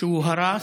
שהוא הרס,